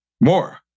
More